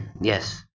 Yes